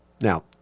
Now